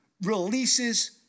releases